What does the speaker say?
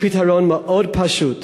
יש פתרון מאוד פשוט: